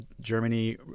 Germany